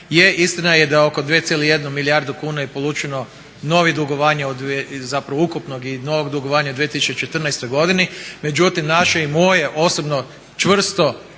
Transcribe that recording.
istina je da oko 2,1 milijardu kuna je polučeno novih dugovanja ukupnog i novog dugovanja 2014.godini, međutim naše i moje osobno čvrsto